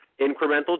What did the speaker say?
Incremental